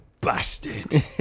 bastard